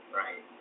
right